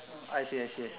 I see I see I see